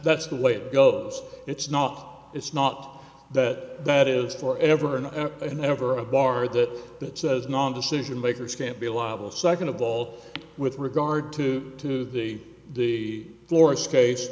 that's the way it goes it's not it's not that that is for ever and ever a bar that that says non decision makers can't be liable second of all with regard to to the the